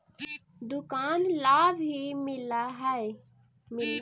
दुकान ला भी मिलहै?